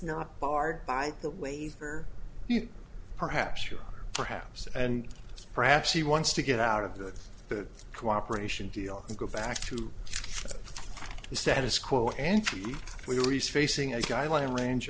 not barred by the waiver perhaps you perhaps and perhaps he wants to get out of that that cooperation deal and go back to the status quo and we are respecting a guideline range